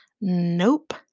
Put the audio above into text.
Nope